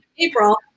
April